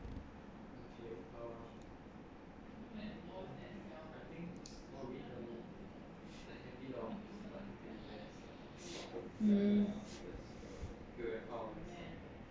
mm